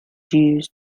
used